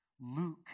Luke